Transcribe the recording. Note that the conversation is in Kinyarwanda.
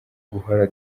guhora